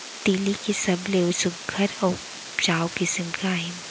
तिलि के सबले सुघ्घर अऊ उपजाऊ किसिम का हे?